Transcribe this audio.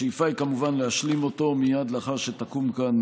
השאיפה היא כמובן להשלים אותו מייד לאחר שתקום כאן